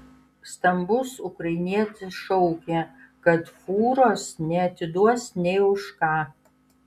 stambus ukrainietis šaukė kad fūros neatiduos nė už ką